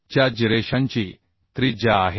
च्या जिरेशनची त्रिज्या आहे